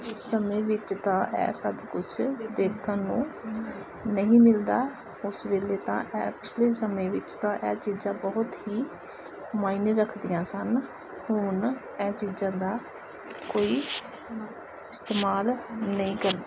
ਸਮੇਂ ਵਿੱਚ ਤਾਂ ਇਹ ਸਭ ਕੁਛ ਦੇਖਣ ਨੂੰ ਨਹੀਂ ਮਿਲਦਾ ਉਸ ਵੇਲੇ ਤਾਂ ਇਹ ਪਿਛਲੇ ਸਮੇਂ ਵਿੱਚ ਤਾਂ ਇਹ ਚੀਜ਼ਾਂ ਬਹੁਤ ਹੀ ਮਾਇਨੇ ਰੱਖਦੀਆਂ ਸਨ ਹੁਣ ਇਹ ਚੀਜ਼ਾਂ ਦਾ ਕੋਈ ਇਸਤੇਮਾਲ ਨਹੀਂ ਕਰਦਾ